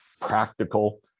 practical